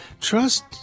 trust